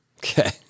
okay